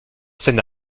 scène